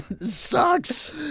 sucks